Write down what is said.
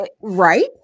right